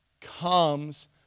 comes